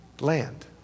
Land